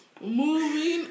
moving